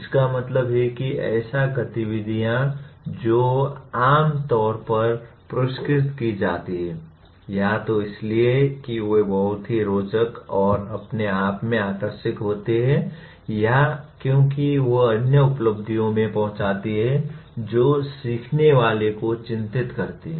इसका मतलब है कि ऐसी गतिविधियाँ जो आम तौर पर पुरस्कृत की जाती हैं या तो इसलिए कि वे बहुत ही रोचक और अपने आप में आकर्षक होती हैं या क्योंकि वे अन्य उपलब्धियों में पहुँचाती हैं जो सीखने वाले को चिंतित करती हैं